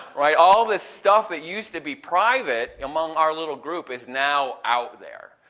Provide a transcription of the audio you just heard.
right? all this stuff that used to be private among our little group is now out there.